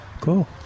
Cool